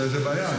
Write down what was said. זו בעיה,